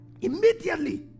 Immediately